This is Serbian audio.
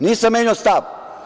Nisam menjao stav.